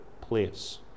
place